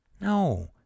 No